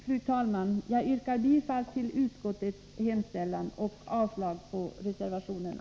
Fru talman! Jag yrkar bifall till utskottets hemställan och avslag på reservationerna.